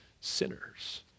sinners